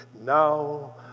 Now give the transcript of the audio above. Now